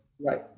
right